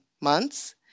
months